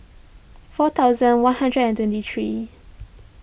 four thousand one hundred and twenty three